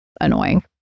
annoying